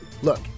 Look